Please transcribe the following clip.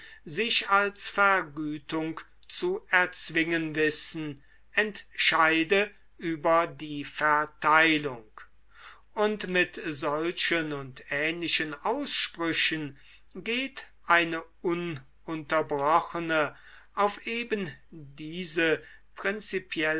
sich als vergütung zu erzwingen wissen entscheide über die verteilung und mit solchen und ähnlichen aussprüchen ß geht eine ununterbrochene auf eben diese prinzipiellen